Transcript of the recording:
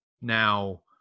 Now